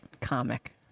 Comic